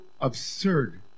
absurd